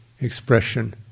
expression